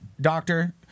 doctor